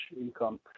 income